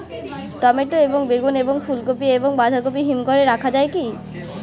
Tomato এবং বেগুন এবং ফুলকপি এবং বাঁধাকপি হিমঘরে রাখা যায় কি?